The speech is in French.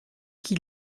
qui